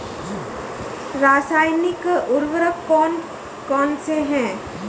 रासायनिक उर्वरक कौन कौनसे हैं?